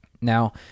now